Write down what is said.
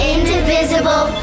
Indivisible